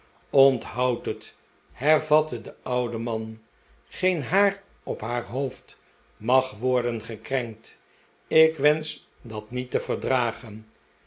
onthoud het hervatte de oude man geen haar op haar hoofd mag worden gekrenkt ik wensch dat niet te verdragen